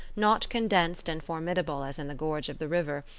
not condensed and formidable as in the gorge of the river,